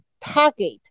target